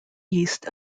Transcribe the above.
east